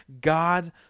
God